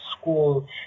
school